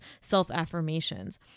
self-affirmations